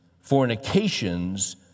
fornications